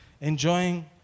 enjoying